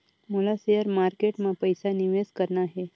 मोला share market मां पइसा निवेश करना हे?